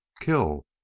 kill